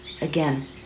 Again